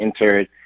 entered